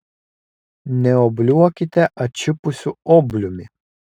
neobliuokite atšipusiu obliumi